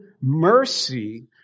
mercy